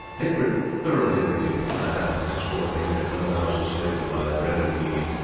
egbert thoroughly agreed with the lad, and henceforth they entered no houses save to buy bread and mead.